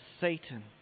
Satan